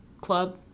Club